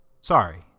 Sorry